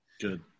Good